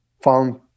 found